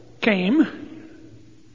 came